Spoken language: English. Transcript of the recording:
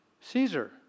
Caesar